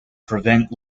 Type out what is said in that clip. prevent